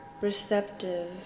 receptive